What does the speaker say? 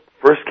first